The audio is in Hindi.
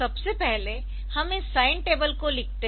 तो सबसे पहले हम इस साइन टेबल को लिखते है